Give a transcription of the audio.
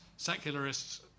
secularists